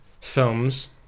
films